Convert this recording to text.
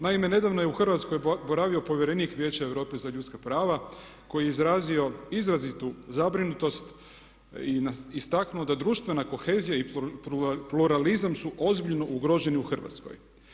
Naime, nedavno je u Hrvatskoj boravio povjerenik Vijeća Europe za ljudska prava koji je izrazio izrazitu zabrinutost i istaknuo da društvena kohezija i pluralizam su ozbiljno ugroženi u Hrvatskoj.